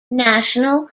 national